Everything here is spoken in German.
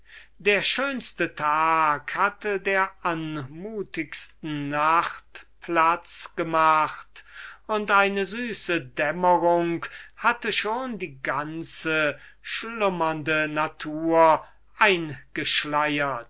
der schönste tag hatte der anmutigsten nacht platz gemacht und eine süße dämmerung hatte schon die ganze schlummernde natur